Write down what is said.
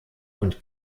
und